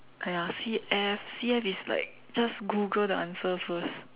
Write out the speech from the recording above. !aiya! C_F C_F is like just Google the answer first